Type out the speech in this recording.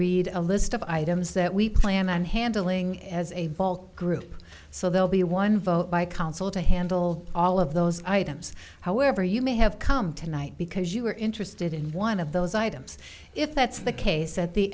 read a list of items that we plan on handling as a vault group so they'll be one vote by council to handle all of those items however you may have come tonight because you are interested in one of those items if that's the case at the